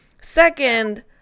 second